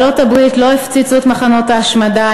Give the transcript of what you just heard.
בעלות הברית לא הפציצו את מחנות ההשמדה.